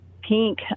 pink